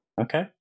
Okay